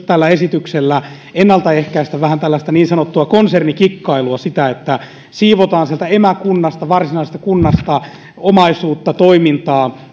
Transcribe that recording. tällä esityksellä halutaan myös ennaltaehkäistä vähän tällaista niin sanottua konsernikikkailua sitä että siivotaan emäkunnasta varsinaisesta kunnasta omaisuutta toimintaa